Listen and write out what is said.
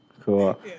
Cool